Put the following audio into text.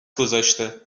گذاشته